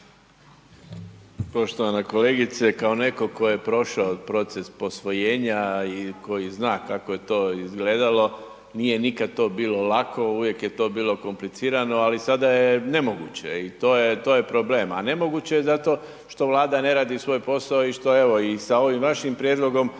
Poštovana kolegice, kao neko ko je prošao proces posvojenja i koji zna kako je to izgledalo, nije nikad to bilo lako, uvijek je to bilo komplicirano, ali sada je nemoguće i to je, to je problem. A nemoguće je zato što Vlada ne radi svoj posao i što evo i sa ovim vašim prijedlogom